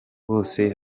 wose